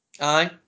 Aye